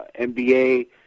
NBA